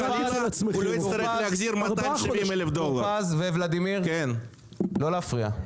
----- משה טור פז וולדימיר, לא להפריע.